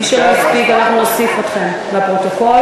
מי שלא הספיק, אנחנו נוסיף אתכם בפרוטוקול.